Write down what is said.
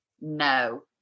No